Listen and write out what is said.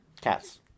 Cats